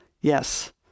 Yes